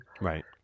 right